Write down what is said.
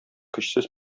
көчсез